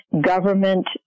government